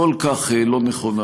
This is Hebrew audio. הכל-כך לא נכונה,